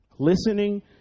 Listening